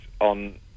on